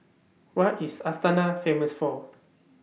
What IS Astana Famous For